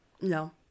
No